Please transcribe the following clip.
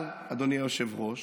אבל אדוני היושב-ראש,